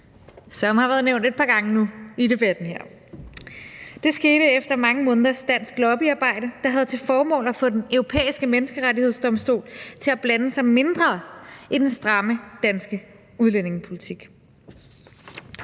Det skete efter mange måneders dansk lobbyarbejde, der havde til formål at få Den Europæiske Menneskerettighedsdomstol til at blande sig mindre i den stramme danske udlændingepolitik.